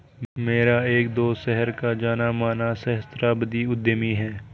मेरा एक दोस्त शहर का जाना माना सहस्त्राब्दी उद्यमी है